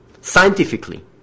Scientifically